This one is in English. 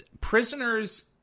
prisoners